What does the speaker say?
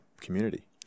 community